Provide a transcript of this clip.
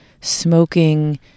smoking